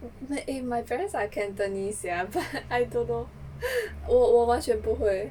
like eh my parents are cantonese sia but I don't know 我完全不会